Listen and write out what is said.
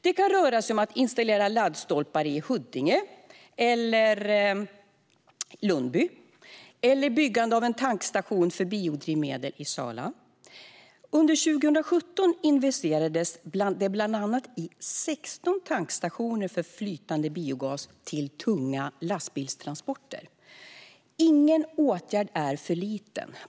Det kan röra sig om att installera laddstolpar i Huddinge eller Lundby eller om byggandet av en tankstation för biodrivmedel i Sala. Under 2017 investerades det bland annat i 16 tankstationer för flytande biogas till tunga lastbilstransporter. Ingen åtgärd är för liten.